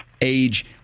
age